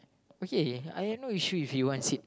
okay I have no issue if he wants it